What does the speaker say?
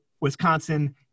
Wisconsin